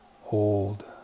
hold